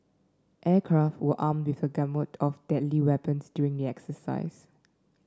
aircraft were armed with a gamut of deadly weapons during the exercise